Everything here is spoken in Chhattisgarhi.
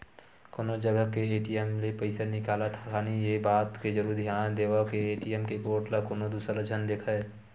कोनो जगा के ए.टी.एम ले पइसा निकालत खानी ये बात के जरुर धियान देवय के ए.टी.एम के कोड ल कोनो दूसर झन देखय